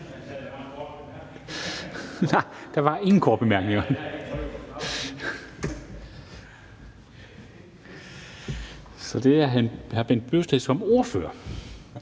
der var korte bemærkninger). Nej, der var ingen korte bemærkninger. Så det er hr. Bent Bøgsted som ordfører.